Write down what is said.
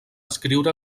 escriure